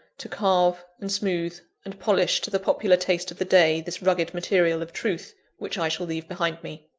to carve, and smooth, and polish to the popular taste of the day this rugged material of truth which i shall leave behind me.